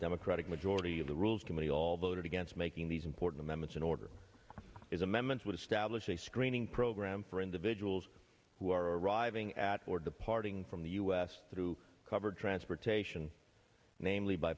democratic majority of the rules committee all voted against making these important members in order is amendments would establish a screening program for individuals who are arriving at or departing from the u s through covered transportation namely by